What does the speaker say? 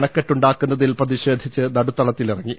അണക്കെട്ടുണ്ടാക്കുന്നതിൽ പ്രതിഷേധിച്ചും നടുത്തളത്തി ലിറങ്ങി